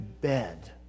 bed